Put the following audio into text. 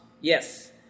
Yes